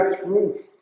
truth